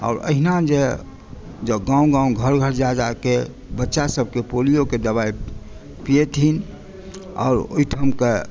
आओर अहिना जे जॅं गाँव गाँव घर घर जा जा के बच्चा सब के पोलियो के दवाई पियेथिन आओर ओहिठाम के